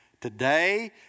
Today